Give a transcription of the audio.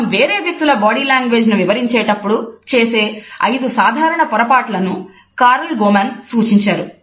మనం వేరే వ్యక్తుల బాడీలాంగ్వేజ్ ను వివరించేటప్పుడు చేసే 5 సాధారణ పొరపాట్లను కారల్ గోమాన్ సూచించారు